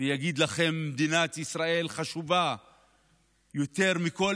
ולהגיד לכם: מדינת ישראל חשובה יותר מכל